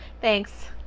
Thanks